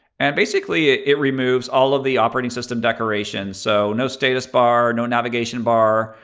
and basically, it removes all of the operating system decorations so no status bar, no navigation bar.